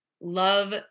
love